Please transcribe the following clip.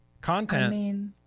Content